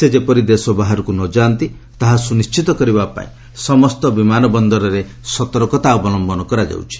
ସେ ଯେପରି ଦେଶ ବାହାରକୁ ନ ଯାଆନ୍ତି ତାହା ସୁନିଶିତ କରିବାପାଇଁ ସମସ୍ତ ବିମାନ ବନ୍ଦରରେ ସତର୍କତା ଅବଲମ୍ଭନ କରାଯାଉଛି